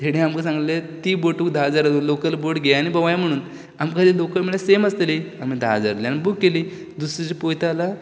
तेणें आमकां सांगलें ती बोट धा जाण लोकल बोट घे आनी भोवाय म्हणून आमकां तें लोकल बोट म्हळ्यार सेम आसतली आमी धा जाल्यान आमी बूक केली दुसरे दीस पळयता जाल्यार